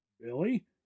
Billy